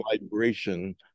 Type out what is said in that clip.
vibration